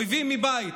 אויבים מבית.